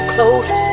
Close